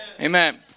Amen